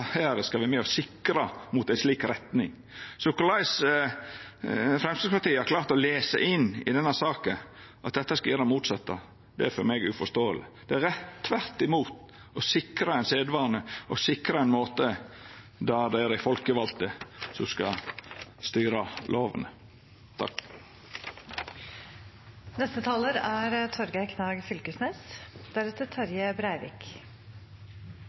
skal vera med og sikra mot ei slik retning. Så korleis Framstegspartiet har klart å lesa inn i denne saka at dette skal gjera det motsette, er for meg uforståeleg. Det er tvert imot å sikra ein sedvane og sikra ein måte der det er dei folkevalde som skal styra lovene. Grunnlova skal ein ikkje ta lett på å gjere endringar i, og i salen er